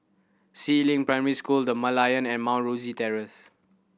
Si Ling Primary School The Merlion and Mount Rosie Terrace